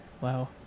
wow